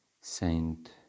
Saint